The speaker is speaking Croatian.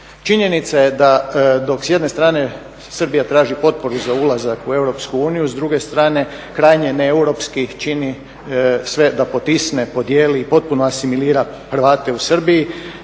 Činjenica je da dok s jedne strane Srbija traži potporu za ulazak u EU, s druge strane krajnje ne europski čini sve da potisne, podijeli, potpuno asimilira Hrvate u Srbiji.